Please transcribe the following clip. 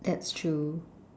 that's true